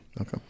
Okay